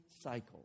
cycle